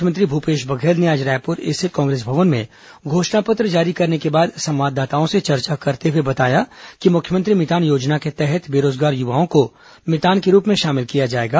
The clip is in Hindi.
मुख्यमंत्री भूपेश बघेल ने आज रायपुर स्थित कांग्रेस भवन में घोषणा पत्र जारी करने के बाद संवाददाताओं से चर्चा करते हुए बताया कि मुख्यमंत्री मितान योजना के तहत बेरोजगार युवाओं को मितान के रूप में शामिल किया जाएगा